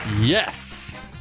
Yes